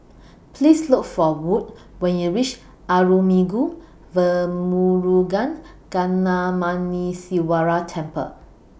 Please Look For Wood when YOU REACH Arulmigu Velmurugan Gnanamuneeswarar Temple